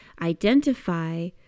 identify